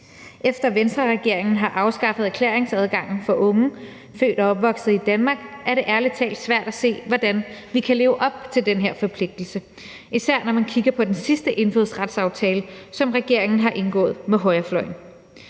Efter at Venstreregeringen har afskaffet erklæringsadgangen for unge født og opvokset i Danmark, er det ærlig talt svært at se, hvordan vi kan leve op til den her forpligtelse, især når man kigger på den sidste indfødsretsaftale, som regeringen har indgået med højrefløjen.